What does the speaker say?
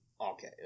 Okay